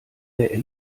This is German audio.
der